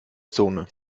zone